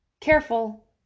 careful